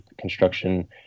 construction